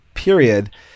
period